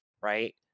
right